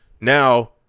Now